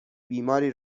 بیماری